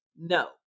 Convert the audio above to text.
No